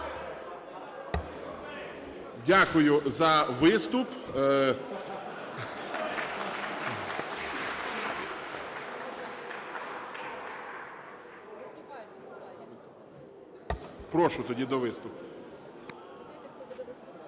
Дякую за виступ. Прошу тоді до виступу.